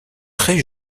très